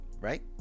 right